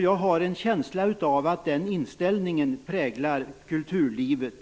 Jag har en känsla av att en sådan positiv inställning präglar kulturlivet.